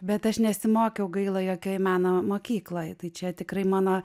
bet aš nesimokiau gaila jokioj meno mokykloj tai čia tikrai mano